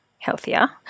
healthier